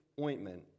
ointment